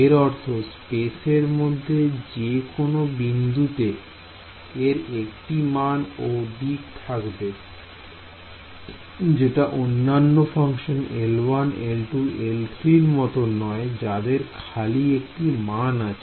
এর অর্থ স্পেস এর মধ্যে যে কোন বিন্দুতে এর একটি মান ও দিক থাকবে যেটা অন্যান্য ফাংশন L1 L2 L3 র মতন নয় যাদের খালি একটি মান আছে